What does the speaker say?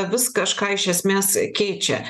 vis kažką iš esmės keičia